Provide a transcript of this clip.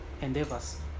endeavors